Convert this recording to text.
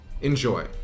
Enjoy